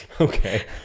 okay